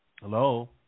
Hello